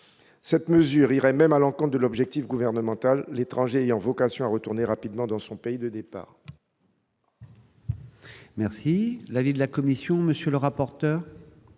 Cette mesure irait même à l'encontre de l'objectif gouvernemental, l'étranger ayant vocation à retourner rapidement dans son pays de départ.